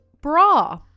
bra